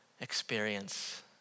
experience